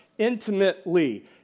intimately